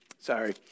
sorry